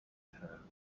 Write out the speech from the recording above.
her